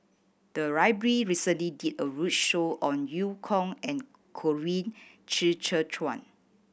the library recently did a roadshow on Eu Kong and Colin Qi Zhe Quan